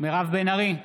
מירב בן ארי,